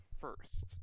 first